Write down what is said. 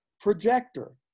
projector